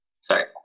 sorry